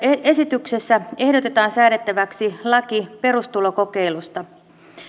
esityksessä ehdotetaan säädettäväksi laki perustulokokeilusta